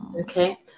Okay